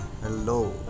hello